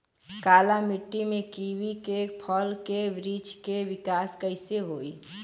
काली मिट्टी में कीवी के फल के बृछ के विकास कइसे होई?